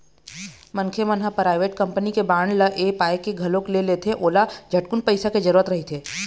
मनखे मन ह पराइवेट कंपनी के बांड ल ऐ पाय के घलोक ले लेथे के ओला झटकुन पइसा के जरूरत रहिथे